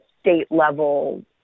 state-level